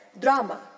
drama